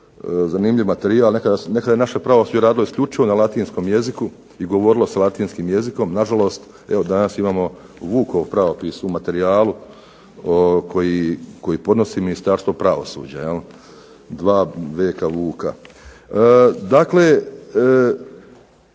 zanimljiv materijal nekada je pravosuđe radilo isključivo na latinskom jeziku i govorilo sa latinskim jezikom, na žalost danas imamo vukov pravopis u materijalu koje podnosi Ministarstvo pravosuđa. Dakle,